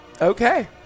okay